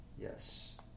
Yes